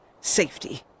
safety